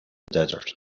desert